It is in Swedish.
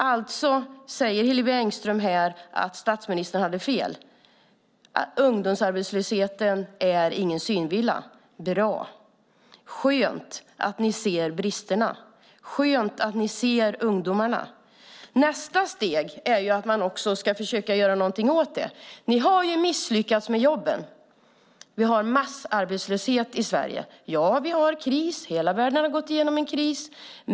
Alltså säger Hillevi Engström här att statsministern hade fel, att ungdomsarbetslösheten inte är någon synvilla. Bra, skönt att ni ser bristerna, skönt att ni ser ungdomarna! Nästa steg är att också försöka göra någonting åt den. Ni har ju misslyckats med jobben. Vi har en massarbetslöshet i Sverige. Ja, vi har en kris; hela världen har gått igenom en kris.